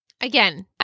Again